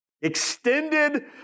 Extended